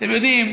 אתם יודעים,